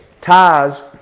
ties